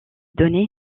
donnée